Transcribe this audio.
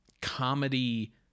comedy